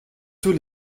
tous